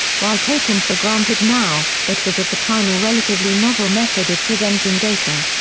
while taken for granted now, it was at the time a relatively novel method of presenting data.